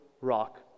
rock